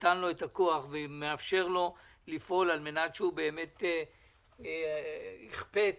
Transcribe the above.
נתן לו את הכוח ומאפשר לו לפעול על מנת שיכפה את